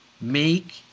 make